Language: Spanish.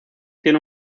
tiene